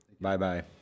Bye-bye